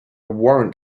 warrant